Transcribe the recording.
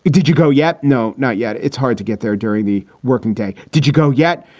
ah did you go yet? no, not yet. it's hard to get there during the working day. did you go yet?